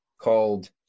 called